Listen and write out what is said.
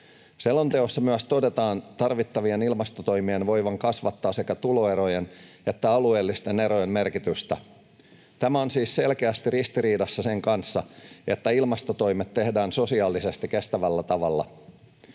Selonteossa myös todetaan tarvittavien ilmastotoimien voivan kasvattaa sekä tuloerojen että alueellisten erojen merkitystä. Tämä on siis selkeästi ristiriidassa sen kanssa, että ilmastotoimet tehdään sosiaalisesti kestävällä tavalla.